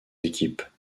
équipe